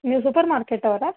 ನೀವು supermarket ಅವರಾ